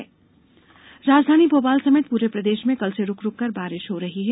मौसम राजधानी भोपाल समेत पूरे प्रदेश कल से रूक रूक कर बारिष हो रही है